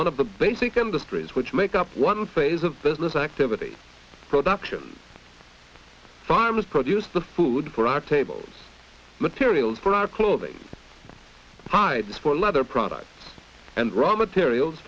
one of the basic industries which make up one phase of business activity production farmers produce the food for our tables materials for our clothing hides for leather products and raw materials